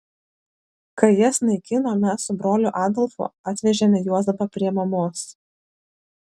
kai jas naikino mes su broliu adolfu atvežėme juozapą prie mamos